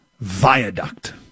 viaduct